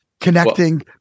connecting